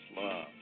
love